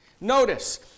Notice